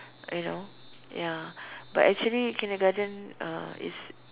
you know ya but actually kindergarten uh is